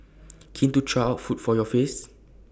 keen to try out food for your face